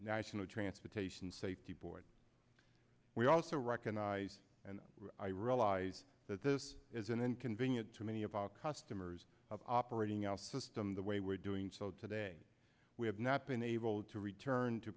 national transportation safety board we also recognize and i realize that this is an inconvenient to many of our customers operating else system the way we're doing so today we have not been able to return to